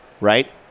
right